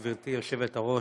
גברתי היושבת-ראש,